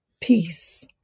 peace